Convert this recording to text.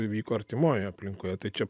įvyko artimoj aplinkoj tai čia